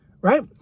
right